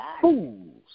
fools